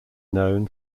known